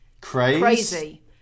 crazy